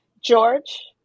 george